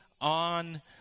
on